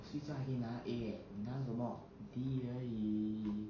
睡觉还可以拿 A leh 你拿什么 D 而已